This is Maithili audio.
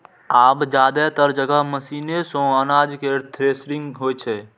आब जादेतर जगह मशीने सं अनाज केर थ्रेसिंग होइ छै